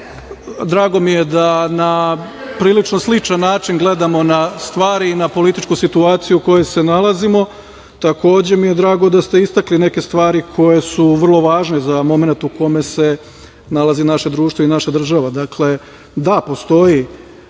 Drago mi je da na prilično sličan način gledamo na stvari i na političku situaciju u kojoj se nalazimo. Takođe mi je drago da ste istakli neke stvari koje su vrlo važne za momenat u kome se nalazi naše društvo i naša država. Dakle, da, postoji